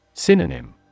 Synonym